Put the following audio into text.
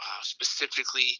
specifically